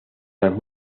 las